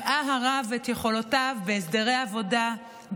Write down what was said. הראה הרב את יכולותיו בהסדרי עבודה,